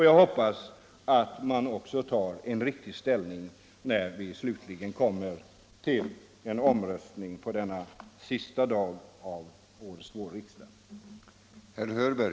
Jag hoppas att man också tar en riktig ställning när vi slutligen kommer till omröstning på denna sista dag av årets vårriksdag.